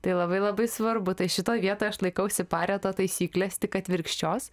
tai labai labai svarbu tai šitoj vietoj aš laikausi pareto taisyklės tik atvirkščios